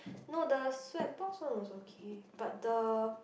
no the Sweat box one was okay but the